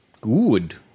Good